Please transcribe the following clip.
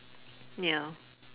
ya